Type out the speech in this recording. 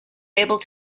able